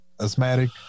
asthmatic